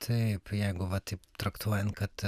taip jeigu va taip traktuojant kad